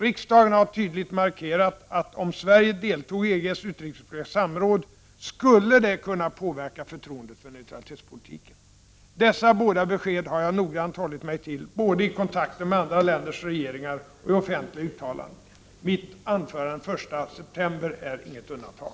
Riksdagen har tydligt markerat att om Sverige deltog i EG:s utrikespolitiska samråd skulle det kunna påverka förtroendet för neutralitetspolitiken. Dessa båda besked har jag noggrant hållit mig till, både i kontakter med andra länders regeringar och i offentliga uttalanden. Mitt anförande den 1 september är inget undantag.